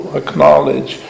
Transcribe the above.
acknowledge